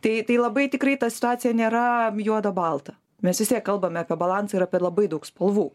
tai tai labai tikrai ta situacija nėra juoda balta mes vis tiek kalbame apie balansą ir apie labai daug spalvų